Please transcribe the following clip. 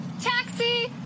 Taxi